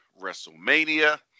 Wrestlemania